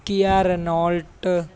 Kia Renault